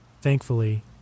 Thankfully